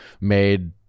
made